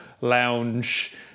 lounge